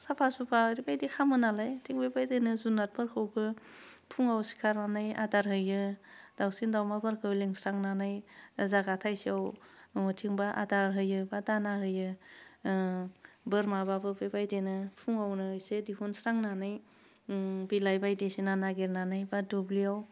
साफा सुफा ओरैबायदि खालामो नालाय थिग बेबायदिनो जुनादफोरखौबो फुङाव सिखारनानै आदार होयो दावसिन दावमाफोरखौ लेंस्रांनानै जागा थायसेयाव मथिंबा आदार होयो बा दाना होयो ओह बोरमाबाबो बेबायदियानो फुङावनो इसे दिहुनस्रांनानै ओह बिलाइ बायदिसिना नागिरनानै बा दुब्लियाव